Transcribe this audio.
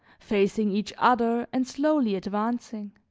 facing each other and slowly advancing.